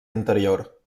anterior